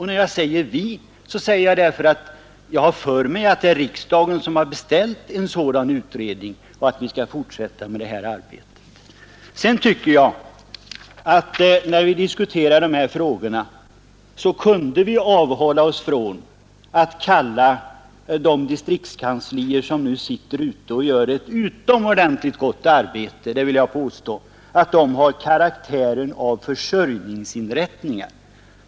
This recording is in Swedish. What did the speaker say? Och när jag säger ”vi” gör jag det därför att jag har för mig att det är riksdagen som har beställt en utredning av det här slaget och att vi skall fortsätta med detta arbete. Sedan tycker jag att när vi diskuterar de här frågorna kunde vi avhålla oss från att säga att de distriktskanslier som nu gör ett utomordentligt gott arbete — det vill jag påstå — har karaktären av försörjningsinrättningar.